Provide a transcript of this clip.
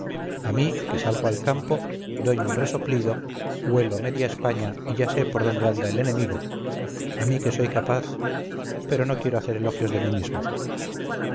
a mí que salgo al campo doy un resoplido huelo media españa y ya sé por dónde anda el enemigo a mí que soy capaz pero no quiero hacer elogios de mí mismo